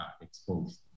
exposed